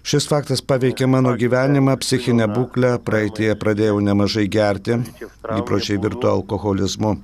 šis faktas paveikė mano gyvenimą psichinę būklę praeityje pradėjau nemažai gerti įpročiai virto alkoholizmu